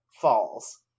falls